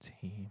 team